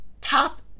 top